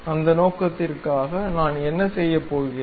அந்த நோக்கத்திற்காக நான் என்ன செய்யப் போகிறேன்